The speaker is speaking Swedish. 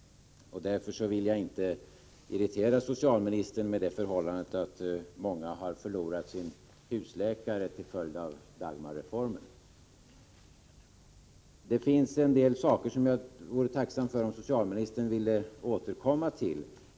Jag vill inte irritera socialministern med det förhållandet att många förlorat sin husläkare till följd av Dagmarreformen. Det finns en del saker som jag vore tacksam om socialministern ville återkomma till.